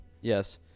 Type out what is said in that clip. Yes